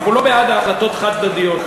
אנחנו לא בעד החלטות חד-צדדיות.